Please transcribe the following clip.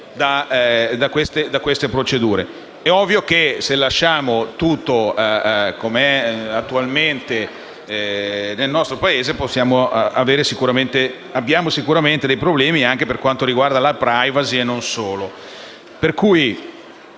È ovvio che, se lasciamo tutto come è attualmente nel nostro Paese, avremo sicuramente dei problemi per quanto riguarda la *privacy*, e non solo.